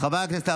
חברי הכנסת,